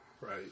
Right